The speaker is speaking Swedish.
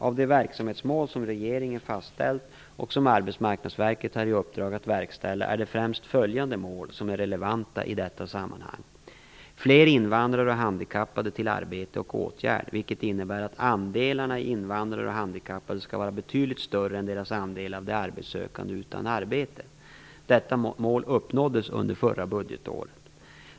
Av de verksamhetsmål som regeringen fastställt och som Arbetsmarknadsverket har i uppdrag att verkställa är det främst följande mål som är relevanta i detta sammanhang: "Fler invandrare och handikappade till arbete och åtgärd", vilket innebär att andelarna invandrare och handikappade skall vara betydligt större än deras andelar av de arbetssökande utan arbete. Detta mål uppnåddes under förra budgetåret.